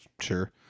Sure